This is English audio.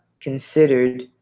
considered